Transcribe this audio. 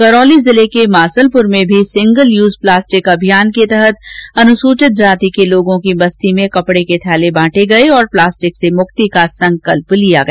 करौली जिले के मासलपुर में भी सिंगल यूज प्लास्टिक अभियान के तहत अनुसूचित जाति के लोगों की बस्ती में कपड़े के थैले बांटे गये और प्लास्टिक से मुक्ति का संकल्प लिया गया